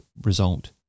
result